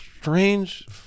strange